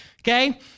okay